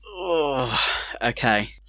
Okay